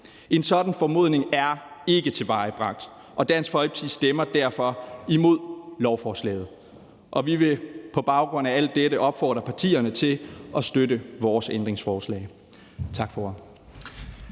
En sådan formodning er ikke tilvejebragt, og Dansk Folkeparti stemmer derfor imod lovforslaget. Og vi vil på baggrund af alt dette opfordre partierne til at støtte vores ændringsforslag.